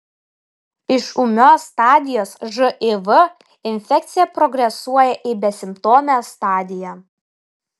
iš ūmios stadijos živ infekcija progresuoja į besimptomę stadiją